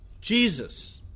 jesus